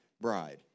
bride